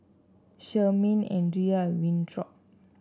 Sherman Andria and Winthrop